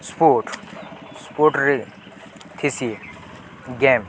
sport ସ୍ପୋର୍ଟରେ ଥିସି game